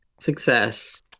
success